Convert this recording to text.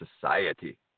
society